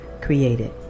created